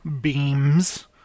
beams